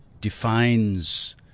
defines